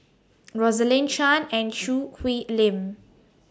Rosaline Chan and Choo Hwee Lim